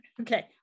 Okay